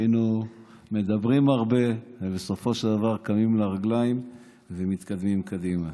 היינו מדברים הרבה ובסופו של דבר קמים על הרגליים ומתקדמים קדימה.